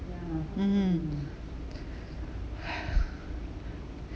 mmhmm